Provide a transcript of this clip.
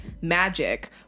magic